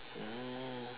mm